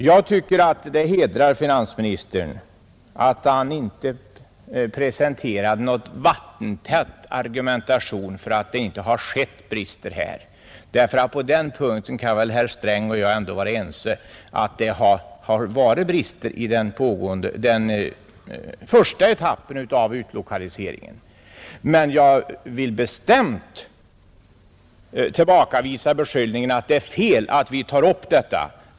Jag tycker att det hedrar finansministern att han inte presenterade någon vattentät argumentation för att brister här inte finns. På den punkten kan väl herr Sträng och jag vara ense om att det har varit brister i den första etappen av utlokaliseringen. Men jag vill tillbakavisa beskyllningen att det är fel att vi tar upp detta.